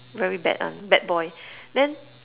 very bad [one] bad boy then